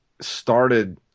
started